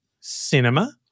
cinema